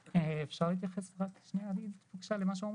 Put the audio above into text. אפשר בבקשה להגיב שנייה למה שהוא אמר?